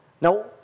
Now